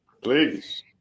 Please